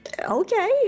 Okay